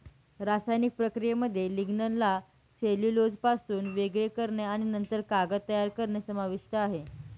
रासायनिक प्रक्रियेमध्ये लिग्निनला सेल्युलोजपासून वेगळे करणे आणि नंतर कागद तयार करणे समाविष्ट आहे